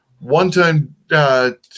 one-time